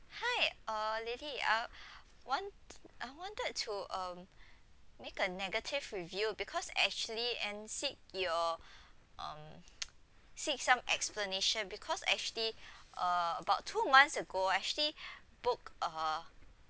hi uh lily I want I wanted to um make a negative review because actually and seek your um seek some explanation because actually uh about two months ago I actually book a